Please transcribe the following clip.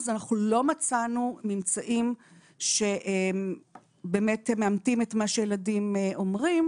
אנחנו לא מצאנו ממצאים שהם באמת מאמתים את מה שילדים אומרים